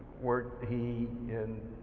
were he in